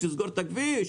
לסגור כביש,